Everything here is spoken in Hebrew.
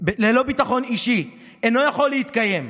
אישי אינו יכול להתקיים,